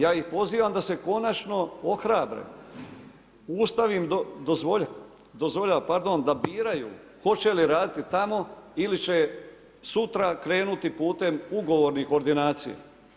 Ja ih pozivam da se konačno ohrabre, Ustav im dozvoljava da biraju hoće li raditi tamo ili će sutra krenuti putem ugovornih ordinacija.